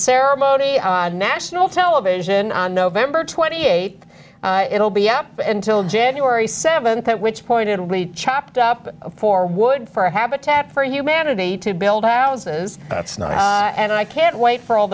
ceremony on national television on november twenty eighth it will be up until january seventh at which point it will read chopped up for wood for habitat for humanity to build houses that's not and i can't wait for all